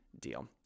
deal